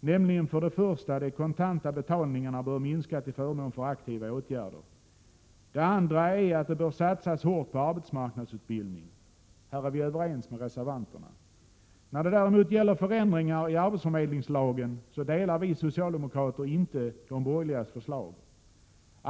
nämligen för det första att de kontanta betalningarna bör minska till förmån för aktiva åtgärder och för det andra att det bör satsas hårt på arbetsmarknadsutbildning. Här är vi överens med reservanterna. När det däremot gäller förändringar i arbetsförmedlingslagen delar vi socialdemokrater inte de borgerligas förslag.